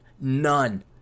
None